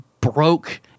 broke